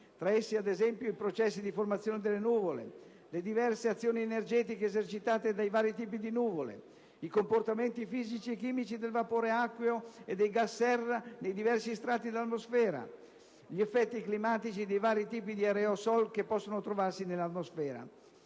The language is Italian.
Tra essi, ad esempio, i processi di formazione delle nuvole, le diverse azioni energetiche esercitate dai vari tipi di nuvole, i comportamenti fisici e chimici del vapore acqueo e dei gas serra nei diversi strati dell'atmosfera, gli effetti climatici dei vari tipi di aerosol che possono trovarsi nell'atmosfera.